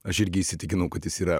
aš irgi įsitikinau kad jis yra